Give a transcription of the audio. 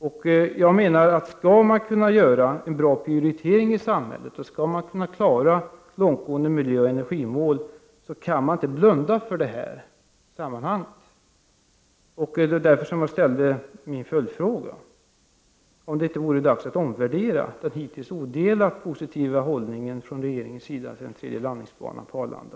Om en bra prioritering skall kunna göras i samhället och om långtgående miljöoch energimål skall kunna uppnås, kan man inte blunda för detta. Därför ställde jag min följdfråga, nämligen om det inte är dags att omvärdera den hittills odelat positiva hållningen från regeringens sida när det gäller en tredje strartoch landningsbana på Arlanda.